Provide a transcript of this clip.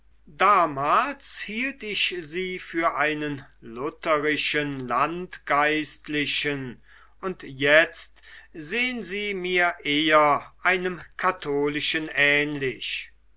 damals hielt ich sie für einen lutherischen landgeistlichen und jetzt sehen sie mir eher einem katholischen ähnlich